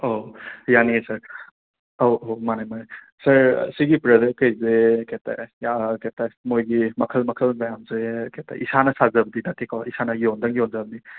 ꯑꯣ ꯌꯥꯅꯤꯌꯦ ꯁꯔ ꯑꯧ ꯑꯧ ꯃꯥꯅꯦ ꯃꯥꯅꯦ ꯁꯔ ꯑꯁꯤꯒꯤ ꯄ꯭ꯔꯗꯛꯈꯩꯁꯦ ꯀꯔꯤ ꯍꯥꯏꯇꯥꯔꯦ ꯑ ꯀꯩ ꯍꯥꯏꯇꯥꯔꯦ ꯃꯣꯏꯒꯤ ꯃꯈꯜ ꯃꯈꯜ ꯃꯌꯥꯝꯁꯦ ꯈꯤꯇ ꯏꯁꯥꯅ ꯁꯥꯖꯕꯗꯤ ꯅꯠꯇꯦꯀꯣ ꯏꯁꯥꯅ ꯌꯣꯟꯗꯪ ꯌꯣꯟꯖꯕꯅꯤ